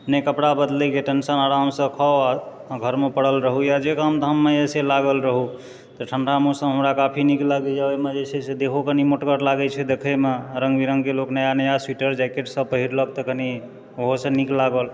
नहि कपड़ा बदलैके टेन्शन आरामसँ खाउ आ घरमे पड़ल रहू या जे काम धाममे यऽ से लागल रहू तऽ ठण्डा मौसम हमरा काफी नीक लागैए ओहिमे जे छै से देहो कनी मोटगर लागै छै देखैमे रङ्ग विरङ्गके लोक नया नया स्वीटर जैकेट सब पहिरलक तऽ कनी ओहोसँ नीक लागल